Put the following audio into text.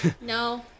No